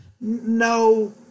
no